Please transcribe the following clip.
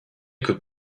could